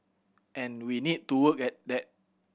and we need to work at that